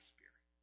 Spirit